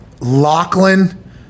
Lachlan